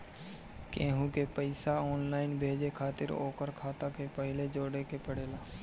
केहू के पईसा ऑनलाइन भेजे खातिर ओकर खाता के पहिले जोड़े के पड़ेला